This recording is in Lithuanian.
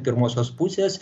pirmosios pusės